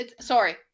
Sorry